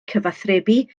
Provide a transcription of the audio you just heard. cyfathrebu